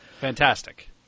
Fantastic